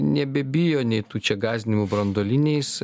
nebebijo nei tu čia gąsdinimų branduoliniais